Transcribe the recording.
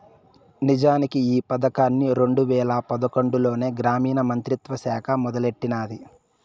నిజానికి ఈ పదకాన్ని రెండు వేల పదకొండులోనే గ్రామీణ మంత్రిత్వ శాఖ మొదలెట్టినాది